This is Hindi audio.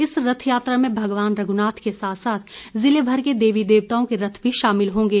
इस रथ यात्रा में भगवान रघुनाथ के साथ साथ जिले भर के देवी देवताओं के रथ भी शामिल होंगे